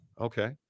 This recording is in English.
Okay